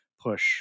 push